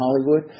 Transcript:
Hollywood